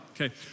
Okay